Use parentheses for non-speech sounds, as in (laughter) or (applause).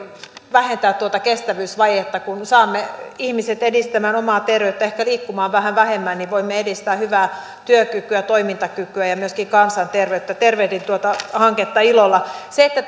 vähentää kestävyysvajetta kun saamme ihmiset edistämään omaa terveyttään ehkä liikkumaan vähän enemmän voimme edistää hyvää työkykyä toimintakykyä ja myöskin kansanterveyttä tervehdin tuota hanketta ilolla siihen että (unintelligible)